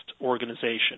organization